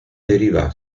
deriva